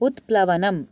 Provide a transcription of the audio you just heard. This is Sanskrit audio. उत्प्लवनम्